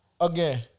again